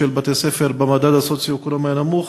של בתי-הספר במדד הסוציו-אקונומי הנמוך